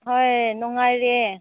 ꯍꯣꯏ ꯅꯨꯡꯉꯥꯏꯔꯤ